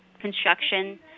construction